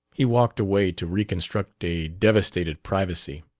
he walked away to reconstruct a devastated privacy.